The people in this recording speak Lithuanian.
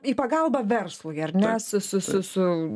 į pagalbą verslui ar ne su su su su